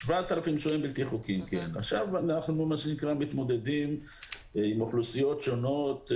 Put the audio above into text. עכשיו אנחנו מתמודדים עם אוכלוסיות שונות,